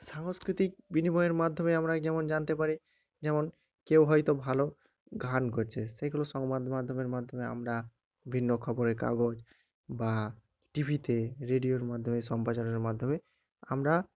সাংস্কৃতিক বিনিময়ের মাধ্যমে আমরা যেমন জানতে পারি যেমন কেউ হয়তো ভালো ঘ্রান করছে সেইগুলো সংবাদমাধ্যমের মাধ্যমে আমরা ভিন্ন খবরে কাগজ বা টিভিতে রেডিওর মাধ্যমে সম্প্রচারের মাধ্যমে আমরা